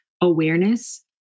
awareness